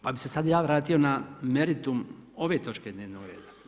Pa bih se sada ja vratio na meritum ove točke dnevnoga reda.